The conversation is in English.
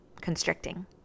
constricting